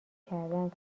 کردهاند